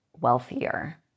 wealthier